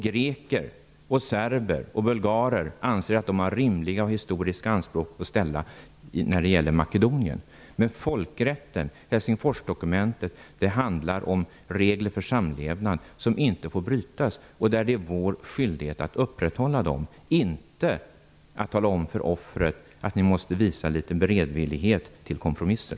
Greker, serber och bulgarer anser att de har rimliga historiska anspråk att ställa när det gäller Helsingforsdokumentet, handlar om regler för samlevnad som inte får brytas. Det är vår skyldighet att upprätthålla dem, inte att tala om för offret att det måste visa litet beredvillighet till kompromisser.